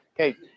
okay